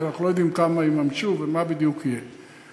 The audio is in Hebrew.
כי אנחנו לא יודעים כמה יממשו ומה בדיוק יהיה.